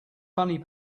funny